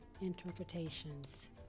interpretations